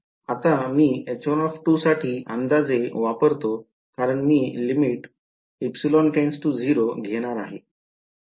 आता मी H1 साठी अंदाजे वापरतो कारण मी घेणार आहे